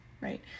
right